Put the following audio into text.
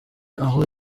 aho